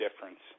difference